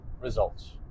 results